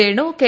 Venu K